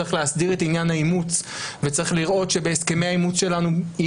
צריך להסדיר את עניין האימוץ וצריך לראות שבהסכמי האימוץ שלנו עם